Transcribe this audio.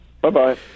Bye-bye